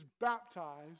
baptized